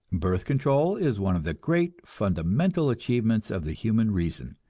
birth control is one of the great fundamental achievements of the human reason,